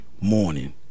morning